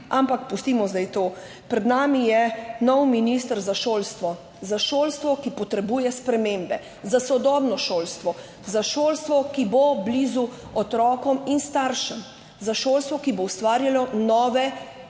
ampak pustimo zdaj to. Pred nami je nov minister za šolstvo, za šolstvo, ki potrebuje spremembe, za sodobno šolstvo. Za šolstvo, ki bo blizu otrokom in staršem, za šolstvo, ki bo ustvarjalo nove